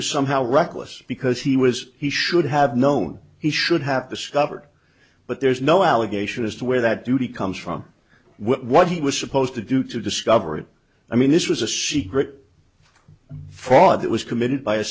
was somehow reckless because he was he should have known he should have discovered but there's no allegation as to where that duty comes from what he was supposed to do to discover it i mean this was a she critter fraud that was committed by a